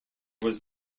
was